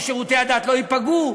ששירותי הדת לא ייפגעו.